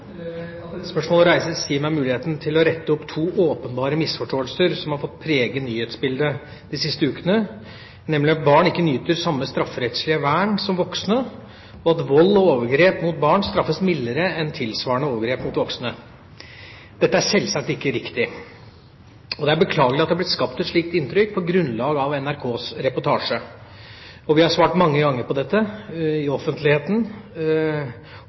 At dette spørsmålet reises, gir meg muligheten til å rette opp to åpenbare misforståelser som har fått prege nyhetsbildet de siste ukene, nemlig at barn ikke nyter samme strafferettslige vern som voksne, og at vold og overgrep mot barn straffes mildere enn tilsvarende overgrep mot voksne. Dette er sjølsagt ikke riktig, og det er beklagelig at det er blitt skapt et slikt inntrykk på grunnlag av NRKs reportasje. Vi har svart mange ganger på dette i offentligheten,